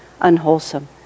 unwholesome